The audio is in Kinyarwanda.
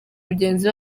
mugenzi